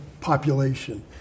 population